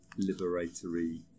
liberatory